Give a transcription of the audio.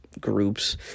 groups